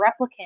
replicant